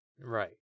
Right